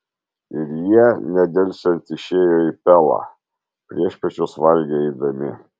ir jie nedelsiant išėjo į pelą priešpiečius valgė eidami